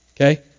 Okay